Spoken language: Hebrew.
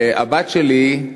הבת שלי,